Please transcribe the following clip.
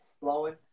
blowing